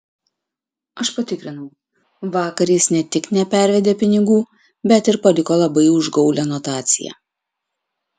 aš patikrinau vakar jis ne tik nepervedė pinigų bet ir paliko labai užgaulią notaciją